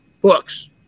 books